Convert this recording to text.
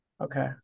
okay